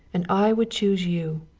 and i would choose you.